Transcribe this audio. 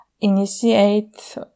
initiate